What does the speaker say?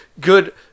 Good